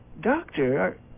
Doctor